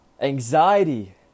Anxiety